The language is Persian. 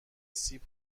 سیب